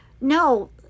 no